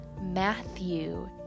Matthew